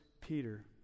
Peter